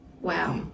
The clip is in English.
Wow